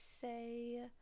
say